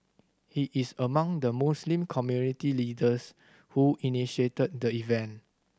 he is among the Muslim community leaders who initiated the event